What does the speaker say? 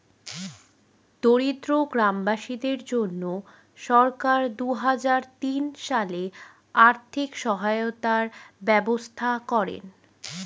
দরিদ্র গ্রামবাসীদের জন্য সরকার দুহাজার তিন সালে আর্থিক সহায়তার ব্যবস্থা করেন